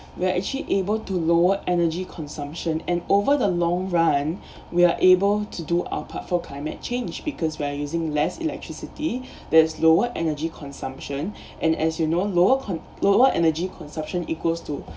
we are actually able to lowered energy consumption and over the long run we are able to do our part for climate change because we are using less electricity there's lower energy consumption and as you know lower con~ lower energy consumption equals to